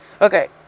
Okay